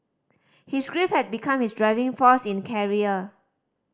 his grief had become his driving force in the career